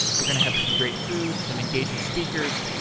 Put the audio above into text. we're going to have some great food, some engaging speakers,